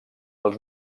els